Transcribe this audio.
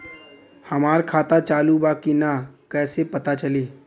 हमार खाता चालू बा कि ना कैसे पता चली?